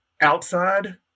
outside